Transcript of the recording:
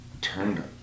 turned